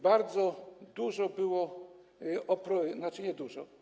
Bardzo dużo było, tzn. niedużo.